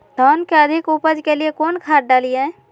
धान के अधिक उपज के लिए कौन खाद डालिय?